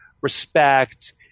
respect